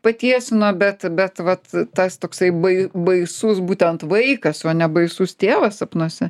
patiesino bet bet vat tas toksai bai baisus būtent vaikas o ne baisus tėvas sapnuose